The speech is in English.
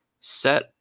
set